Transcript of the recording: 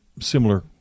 similar